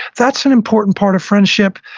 that's an important part of friendship,